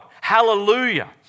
Hallelujah